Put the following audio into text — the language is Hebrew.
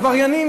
עבריינים,